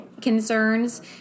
concerns